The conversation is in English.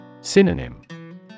Synonym